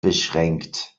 beschränkt